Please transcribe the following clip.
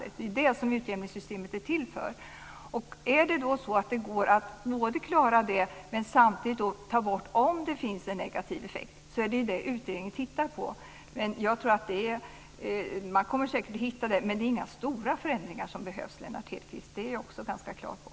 Det är ju det som utjämningssystemet är till för. Utredningen tittar på huruvida det går att klara detta och samtidigt ta bort den negativa effekten - om det nu finns någon sådan. Man kommer säkert att hitta något, men det är inga stora förändringar som behövs, Lennart Hedquist. Det är jag ganska säker på.